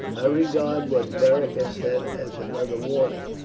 i regard what beric has said as another warning.